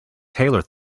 tailor